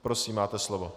Prosím, máte slovo.